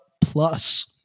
plus